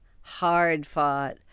hard-fought